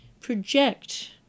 project